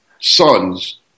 sons